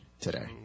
today